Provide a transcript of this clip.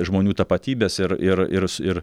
žmonių tapatybes ir ir ir ir